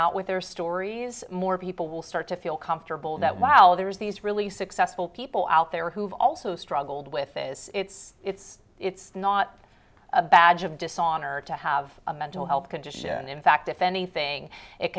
out with their stories more people will start to feel comfortable that wow there is these really successful people out there who have also struggled with this it's it's it's not a badge of dishonor to have a mental health condition and in fact if anything it